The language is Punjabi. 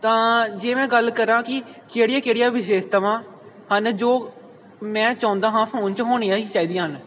ਤਾਂ ਜੇ ਮੈਂ ਗੱਲ ਕਰਾਂ ਕਿ ਕਿਹੜੀਆਂ ਕਿਹੜੀਆਂ ਵਿਸ਼ੇਸ਼ਤਾਵਾਂ ਹਨ ਜੋ ਮੈਂ ਚਾਹੁੰਦਾ ਹਾਂ ਫੋਨ 'ਚ ਹੋਣੀਆਂ ਹੀ ਚਾਹੀਦੀਆਂ ਹਨ